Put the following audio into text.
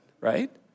right